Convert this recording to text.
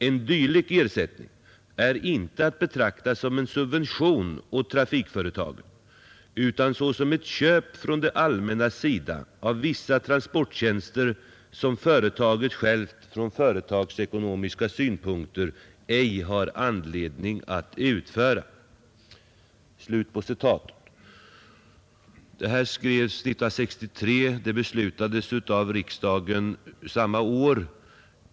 En dylik ersättning är inte att betrakta såsom en subvention åt trafikföretaget utan såsom ett köp från det allmännas sida av vissa transporttjänster som företaget självt från företagsekonomiska synpunkter ej har anledning utföra.” Detta skrevs 1963 och beslutades av riksdagen samma år.